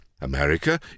America